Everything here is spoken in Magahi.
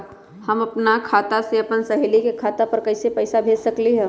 हम अपना खाता से अपन सहेली के खाता पर कइसे पैसा भेज सकली ह?